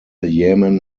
yemen